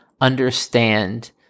understand